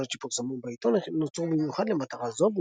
העבודות שפורסמו בעיתון נוצרו במיוחד למטרה זו,